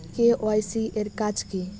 KYC এর কাজ কি?